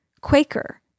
Quaker